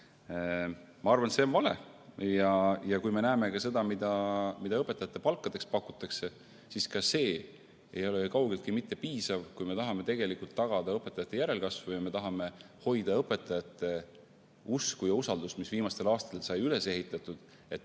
Ma arvan, et see on vale. Kui me vaatame, mida õpetajate palkadeks pakutakse, siis näeme, et ka see ei ole kaugeltki mitte piisav, kui me tahame tagada õpetajate järelkasvu ja tahame hoida õpetajate usku ja usaldust, mis viimastel aastatel sai üles ehitatud, et